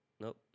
Nope